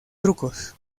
trucos